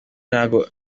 ntago